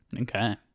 okay